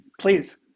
please